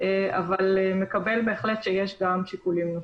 אבל מקבל בהחלט את זה שיש שיקולים נוספים.